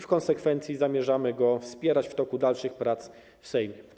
W konsekwencji zamierzamy go wspierać w toku dalszych prac w Sejmie.